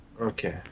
Okay